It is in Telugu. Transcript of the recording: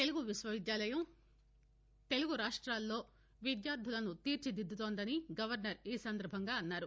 తెలుగు విశ్వ విద్యాలయం తెలుగు రాష్ట్రాలలో విద్యార్థులను తీర్చిదిద్దుతోందని గవర్నర్ ఈ సందర్భంగా అన్నారు